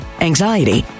anxiety